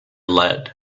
lead